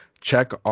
Check